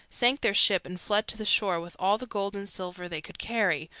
sank their ship and fled to the shore with all the gold and silver they could carry,